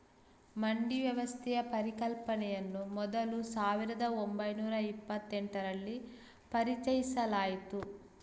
ಮಂಡಿ ವ್ಯವಸ್ಥೆಯ ಪರಿಕಲ್ಪನೆಯನ್ನು ಮೊದಲು ಸಾವಿರದ ಓಂಬೈನೂರ ಇಪ್ಪತ್ತೆಂಟರಲ್ಲಿ ಪರಿಚಯಿಸಲಾಯಿತು